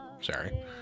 Sorry